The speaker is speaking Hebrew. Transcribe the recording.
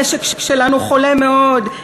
המשק שלנו חולה מאוד.